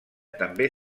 també